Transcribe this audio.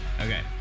Okay